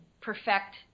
perfect